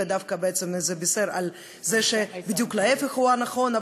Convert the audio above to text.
וזה דווקא בישר שבדיוק ההפך הוא הנכון.